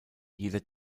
jeder